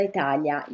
Italia